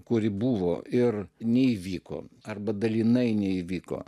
kuri buvo ir neįvyko arba dalinai neįvyko